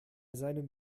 seinem